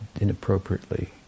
inappropriately